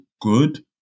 good